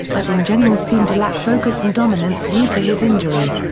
but in general seemed to lack focus and dominance due to his injury.